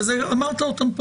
אמרת אותן פה